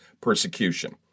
persecution